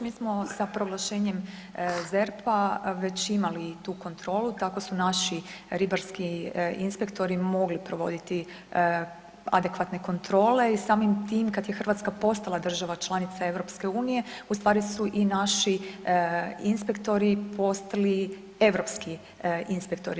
Mi smo sa proglašenjem ZERP-a već imali tu kontrolu, tako su naši ribarski inspektori mogli provoditi adekvatne kontrole i samim tim kad je Hrvatska postala država članica EU-a, ustvari su i naši inspektori postali europski inspektori.